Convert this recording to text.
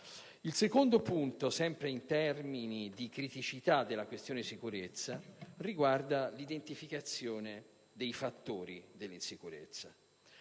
Il secondo punto, sempre in termini di criticità della questione sicurezza, riguarda l'identificazione dei fattori dell'insicurezza.